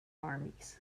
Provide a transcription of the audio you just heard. armies